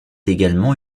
également